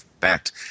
fact